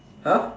!huh!